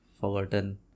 forgotten